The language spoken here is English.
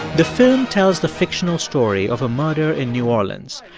the film tells the fictional story of a murder in new orleans.